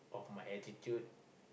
of my attitude